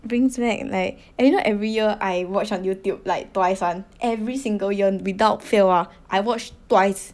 brings back like oh you know every year I watch on YouTube like twice [one] every single year without fail ah I watch twice